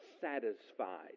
satisfied